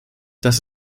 das